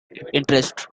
interests